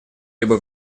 либо